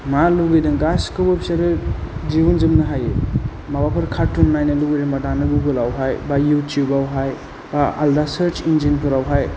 मा लुबैदों गासैखौबो बिसोरो दिहुनजोबनो हायो माबाफोर कार्टुन नायनो लुबैदोंबा दानो गुगलावहाय बा इउटिउबावहाय बा आलदा सोर्स इन्जिन फोरावहाय